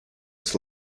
its